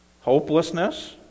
Hopelessness